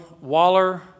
Waller